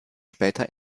später